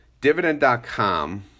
dividend.com